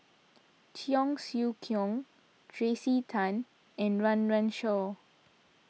Cheong Siew Keong Tracey Tan and Run Run Shaw